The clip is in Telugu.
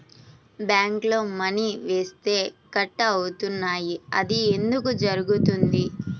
బ్యాంక్లో మని వేస్తే కట్ అవుతున్నాయి అది ఎందుకు జరుగుతోంది?